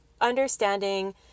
understanding